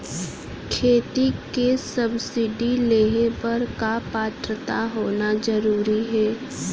खेती के सब्सिडी लेहे बर का पात्रता होना जरूरी हे?